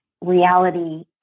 reality